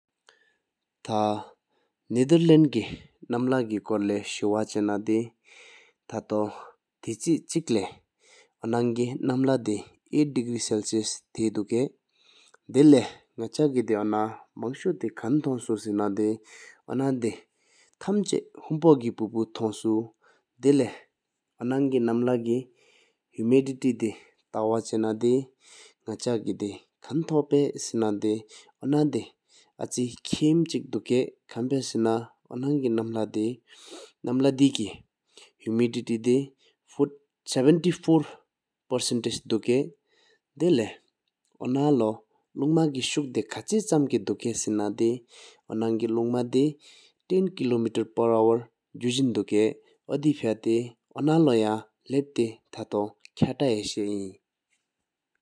ཐནེ་ དང་ ཨིད ནནེ་ ཧིགོ། བོཡ་དེ། ཆོ་ས མི་། དེ་། ཐ་དེ། རེ་བསྒྲགས་བཞི་སྡོམ་གྱི་བེཡ། གཞིཔོས། ཐ་ལ་ཅན་ལ་དྲེས་ཙַད་བེཡ། དེ་བཅད་གཏམ་ས་གིས་གྲབཿ རྒྱུ་ཆོས་ཡི་། ཐ་ད། མཛོད་པའི་ཤི་ར་དེ། དྲི་འོག་གསར་མཐེལ་བཏིུ་། དུས་ཚོད་ནས་གཞབེས་ཚེ་དེ་ནས། དེ་བ་ས་ཡི་དེ་ནོ། དང་། རྒྱབ་ཚང་ཅེ་བྱེ་ ཤི་གྲར། དཀར་བབ་ཡོངས་གྱི་དོ། མི་བིསྒྲེ་ཚ་བི་རི། དེ་ནམ་བྱེཝ་ཚིགས། འགྲུན་ཤིང་དོ། ཚིག་གཅོསོ་ལུ་ཤེག་ས་དེ། གཟི་སྡེས་ཚེ་གར་བསྒྲིགས་གནོན་གཏོགས་དང་འདོགས་གྱིས་དེ། ཕེར་གྲོལ་ཁྲིའི་དོ། ལི། སྟོད་མེད་བདེ་བུ་ཅོསོ་གཏུག་པ མ་མྱོལ། ཙོལ་ལསོ་དད་སྟེ།